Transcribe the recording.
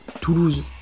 Toulouse